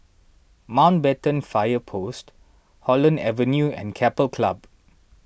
Mountbatten Fire Post Holland Avenue and Keppel Club